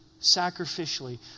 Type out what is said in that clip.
sacrificially